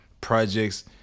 Projects